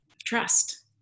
trust